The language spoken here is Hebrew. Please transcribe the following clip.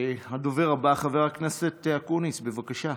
הדובר הבא, חבר הכנסת אקוניס, בבקשה.